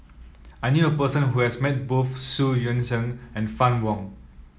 I knew a person who has met both Xu Yuan Zhen and Fann Wong